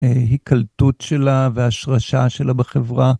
היקלטות שלה והשרשה שלה בחברה.